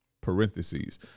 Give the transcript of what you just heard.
parentheses